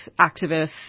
activists